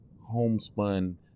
homespun